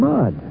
Mud